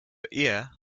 ear